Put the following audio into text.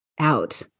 out